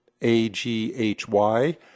A-G-H-Y